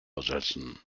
ersetzen